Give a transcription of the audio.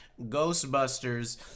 Ghostbusters